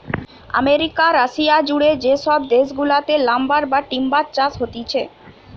America, Russia জুড়ে সব দেশ গুলাতে লাম্বার বা টিম্বার চাষ হতিছে